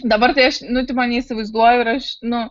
dabar tai aš nu tipo neįsivaizduoju ir aš nu